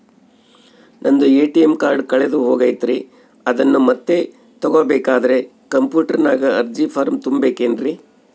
ನಂದು ATM card ಕಳೆದು ಹೋಗೈತ್ರಿ ಅದನ್ನು ಮತ್ತೆ ತಗೋಬೇಕಾದರೆ ಕಂಪ್ಯೂಟರ್ ನಾಗ ಅರ್ಜಿ ಫಾರಂ ತುಂಬಬೇಕನ್ರಿ?